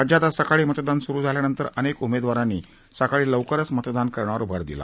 राज्यात आज सकाळी मतदान सुरू झाल्यानंतर अनेक उमेदवारांनी सकाळी लवकरच मतदान करण्यावर भर दिला